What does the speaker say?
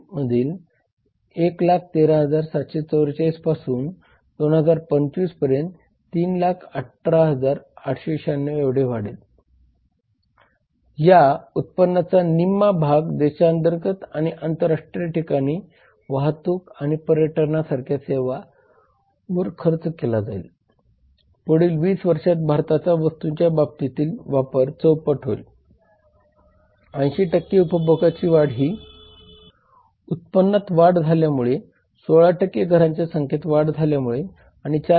मग प्रशासनाचा भाग येतो तर प्रशासन म्हणजे सरकारद्वारे कायदे आणि नियम कसे व्यवस्थापित केले जातात आणि अंमलात आणले जातात